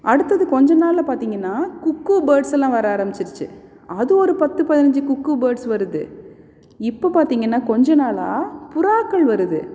அடுத்தது கொஞ்சம் நாளில் பார்த்திங்கன்னா குக்கூ பேர்ட்ஸ் எல்லாம் வர ஆரம்பிச்சிடுச்சு அது ஒரு பத்து பதினஞ்சு குக்கூ பேர்ட்ஸ் வருது இப்போ பார்த்திங்கன்னா கொஞ்சம் நாளாக புறாக்கள் வருது